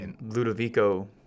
Ludovico